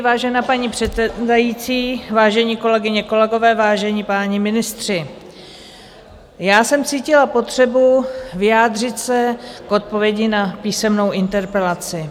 Vážená paní předsedající, vážené kolegyně, kolegové, vážení páni ministři, já jsem cítila potřebu se vyjádřit k odpovědi na písemnou interpelaci.